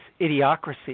idiocracy